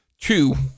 two